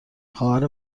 خواهر